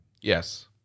Yes